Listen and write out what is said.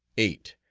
eight.